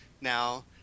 now